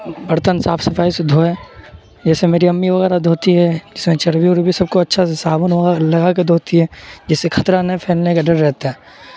برتن صاف صفائی سے دھوئیں جیسے میری امی وغیرہ دھوتی ہے جس میں چربی وربی سب کو اچھا سے صابن وغیرہ لگا کے دھوتی ہے جس سے خطرہ نہ پھیلنے کا ڈر رہتا ہے